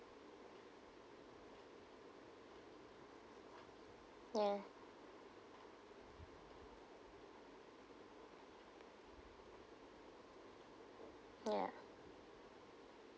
ya ya